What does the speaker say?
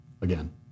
again